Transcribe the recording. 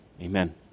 Amen